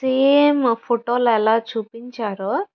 same ఆ ఫొటోలో ఎలా చుపించారో